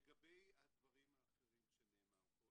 לגבי הדברים האחרים שנאמרו פה,